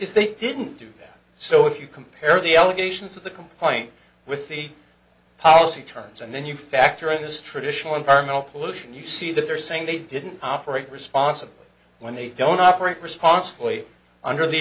is they didn't do so if you compare the allegations of the complaint with the policy terms and then you factor in this traditional environmental pollution you see that they're saying they didn't operate responsibly when they don't operate responsibly under the